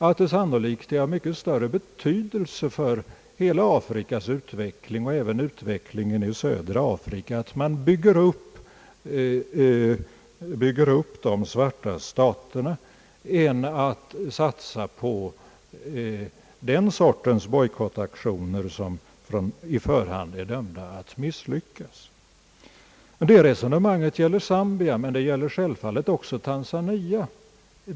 Det har sannolikt mycket större betydelse för hela Afrikas utveckling och även för utvecklingen i södra Afrika att man bygger upp de svarta staterna än att man satsar på den sorts bojkottaktioner som i förväg är dömda att misslyckas. Detta resonemang gäller Zambia men självfallet också Tanzania.